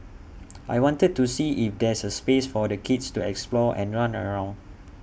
I wanted to see if there's space for the kids to explore and run around